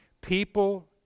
people